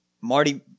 Marty